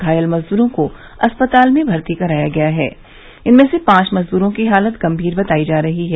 घायल मजदूरों को अस्पताल में भर्ती कराया गया है इनमें से पांच मजदूरों की हालत गंभीर बताई जा रही है